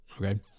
Okay